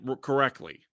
correctly